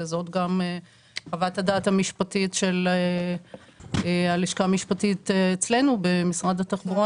וזאת גם חוות הדעת המשפטית של הלשכה המשפטית אצלנו במשרד התחבורה,